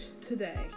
today